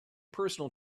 personal